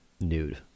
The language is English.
nude